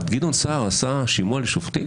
גדעון סער עשה שימוע לשופטים